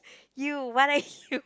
you what are you